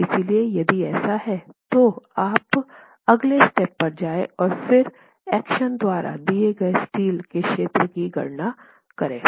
इसलिए यदि ऐसा है तो आप अगले स्टेप पर जाएं और फिर एक्सप्रेशन द्वारा दिए गए स्टील के क्षेत्र की गणना करें